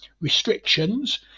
restrictions